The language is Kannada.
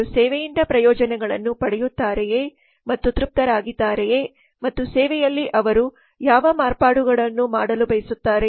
ಅವರು ಸೇವೆಯಿಂದ ಪ್ರಯೋಜನಗಳನ್ನು ಪಡೆಯುತ್ತಾರೆಯೇ ಮತ್ತು ತೃಪ್ತರಾಗಿದ್ದಾರೆಯೇ ಮತ್ತು ಸೇವೆಯಲ್ಲಿ ಅವರು ಯಾವ ಮಾರ್ಪಾಡುಗಳನ್ನು ಮಾಡಲು ಬಯಸುತ್ತಾರೆ